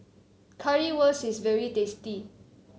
currywurst is very tasty